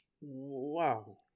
Wow